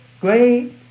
great